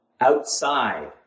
outside